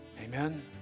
Amen